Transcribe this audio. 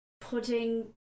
putting